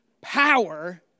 power